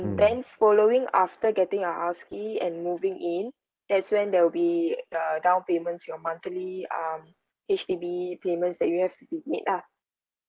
then following after getting your house key and moving in that's when there will be a down payment to your monthly um H_D_B payments that you have to be made lah